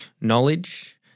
Knowledge